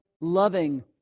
loving